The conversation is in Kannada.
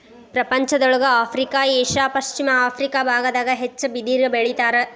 ಪ್ರಪಂಚದೊಳಗ ಆಫ್ರಿಕಾ ಏಷ್ಯಾ ಪಶ್ಚಿಮ ಅಮೇರಿಕಾ ಬಾಗದಾಗ ಹೆಚ್ಚ ಬಿದಿರ ಬೆಳಿತಾರ